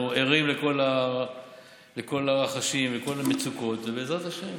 אנחנו ערים לכל הרחשים ולכל המצוקות, ובעזרת השם